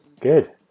Good